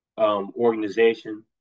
organization